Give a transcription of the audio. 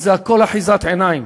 זה הכול אחיזת עיניים.